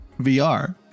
vr